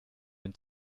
den